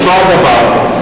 אותו הדבר,